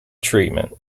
treatment